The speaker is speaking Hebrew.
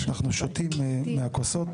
כשאנחנו שותים מהכוסות,